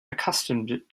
accustomed